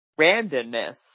randomness